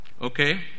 Okay